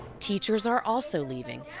teachers are also leaving.